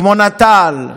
כמו נט"ל,